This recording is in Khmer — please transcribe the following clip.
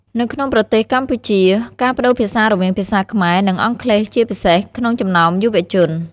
នៅក្នុងប្រទេសកម្ពុជា ការប្តូរភាសារវាងភាសាខ្មែរ និងអង់គ្លេសជាពិសេសក្នុងចំណោមយុវជន។